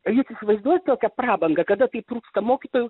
ar jūs įsivaizduojat tokią prabangą kada kai pritrūksta mokytų